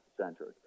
centered